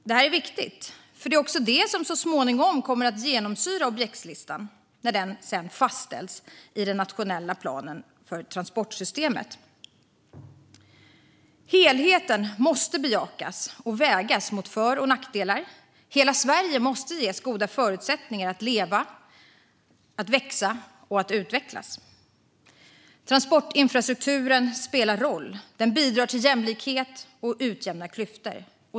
Det är viktigt och kommer också genomsyra objektslistan när den så småningom fastställs i den nationella planen för transportsystemet. Helheten måste bejakas, och för och nackdelar måste vägas mot varandra. Hela Sverige måste ges goda förutsättningar att leva, växa och utvecklas. Transportinfrastrukturen spelar en viktig roll. Den bidrar till jämlikhet och utjämnar klyftor.